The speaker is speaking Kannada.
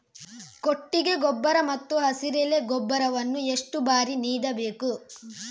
ಕೊಟ್ಟಿಗೆ ಗೊಬ್ಬರ ಮತ್ತು ಹಸಿರೆಲೆ ಗೊಬ್ಬರವನ್ನು ಎಷ್ಟು ಬಾರಿ ನೀಡಬೇಕು?